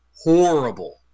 horrible